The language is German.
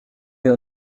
wir